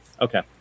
okay